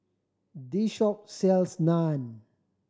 the shop sells Naan